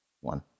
one